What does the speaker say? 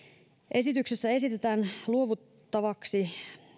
esityksessä esitetään luovuttavaksi